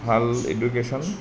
ভাল এডুকেচন